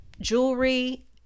jewelry